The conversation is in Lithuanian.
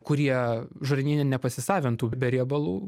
kurie žarnyne nepasisavintų be riebalų